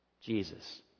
Jesus